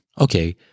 Okay